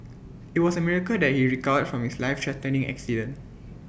IT was A miracle that he recovered from his lifethreatening accident